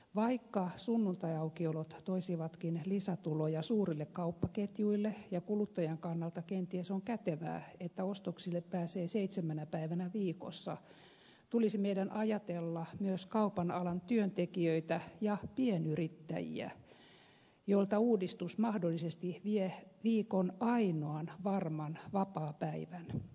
vaikka sunnuntaiaukiolot toisivatkin lisätuloja suurille kauppaketjuille ja kuluttajan kannalta kenties on kätevää että ostoksille pääsee seitsemänä päivänä viikossa tulisi meidän ajatella myös kaupan alan työntekijöitä ja pienyrittäjiä joilta uudistus mahdollisesti vie viikon ainoan varman vapaapäivän